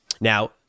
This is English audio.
Now